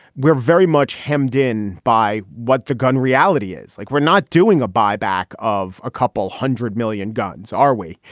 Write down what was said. we're very much hemmed in by what the gun reality is like. we're not doing a buyback of a couple hundred million guns, are we?